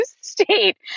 state